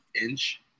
inch